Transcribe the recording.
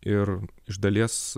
ir iš dalies